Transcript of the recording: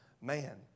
man